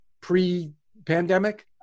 pre-pandemic